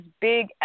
big